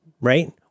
right